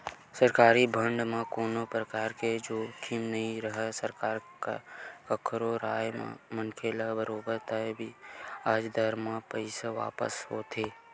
सरकारी बांड म कोनो परकार के जोखिम नइ राहय सरकार कखरो राहय मनखे ल बरोबर तय बियाज दर म पइसा वापस होथे